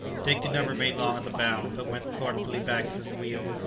dick did not remain long at the bow, but went thoughtfully back to the wheel.